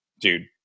dude